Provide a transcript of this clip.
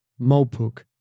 Mopuk